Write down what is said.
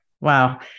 Wow